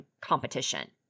competition